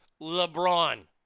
LeBron